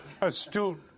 astute